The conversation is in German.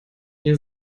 ihr